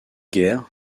guerres